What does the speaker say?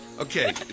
Okay